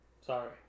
Sorry